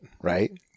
right